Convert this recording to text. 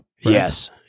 Yes